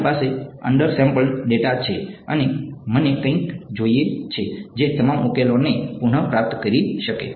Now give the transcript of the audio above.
મારી પાસે undersampled data છે અને મને કંઈક જોઈએ છે જે તમામ ઉકેલને પુનઃપ્રાપ્ત કરી શકે